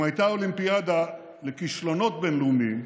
אם הייתה אולימפיאדה לכישלונות בין-לאומיים,